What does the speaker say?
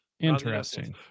Interesting